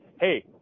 hey